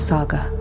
Saga